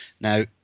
now